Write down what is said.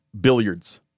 Billiards